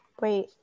Wait